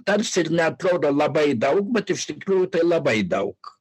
tarsi ir neatrodo labai daug bet iš tikrųjų tai labai daug